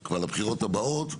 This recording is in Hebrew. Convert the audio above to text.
אבל לבחירות הבאות,